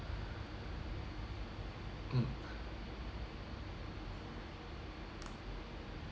mm